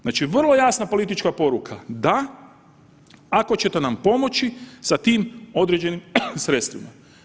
Znači, vrlo jasna politička poruka da ako ćete nam pomoći sa tim određenim sredstvima.